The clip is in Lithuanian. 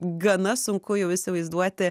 gana sunku jau įsivaizduoti